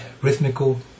rhythmical